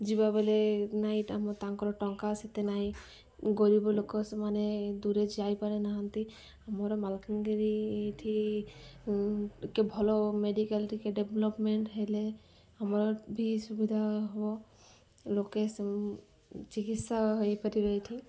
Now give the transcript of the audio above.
ଯିବା ବେଲେ ନାଇଁ ଆମ ତାଙ୍କର ଟଙ୍କା ସେତେ ନାଇଁ ଗରିବ ଲୋକ ସେମାନେ ଦୂରେ ଯାଇପାରେନାହାନ୍ତି ଆମର ମାଲକାନଗିରି ଏଠି ଟିକେ ଭଲ ମେଡ଼ିକାଲ୍ ଟିକେ ଡ଼େଭଲପମେଣ୍ଟ ହେଲେ ଆମର ବି ସୁବିଧା ହେବ ଲୋକେ ଚିକିତ୍ସା ହେଇପାରିବେ ଏଠି